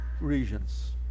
regions